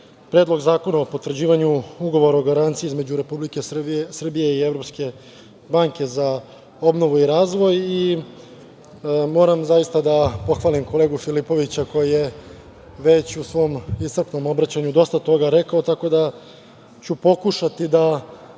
Predlog zakona o potvrđivanju Ugovora o garanciji između Republike Srbije i Evropske banke za obnovu i razvoj. Moram zaista da pohvalim kolegu, Filipovića koji je već u svom iscrpnom obraćanju dosta toga rekao, tako da ću pokušati da